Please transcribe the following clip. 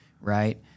right